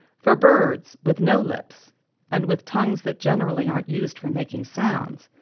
for birds, with no lips and with tongues that generally aren't used for making sounds,